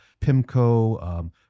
Pimco